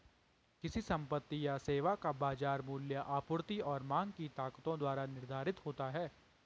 किसी संपत्ति या सेवा का बाजार मूल्य आपूर्ति और मांग की ताकतों द्वारा निर्धारित होता है